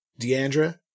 Deandra